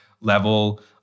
level